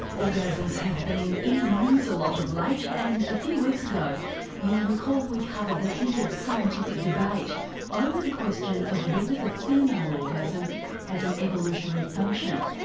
orgasms have been in the news a lot of late and a few weeks ago you'll recall we covered the heated scientific debate over the question of whether the female orgasm has an evolutionary function.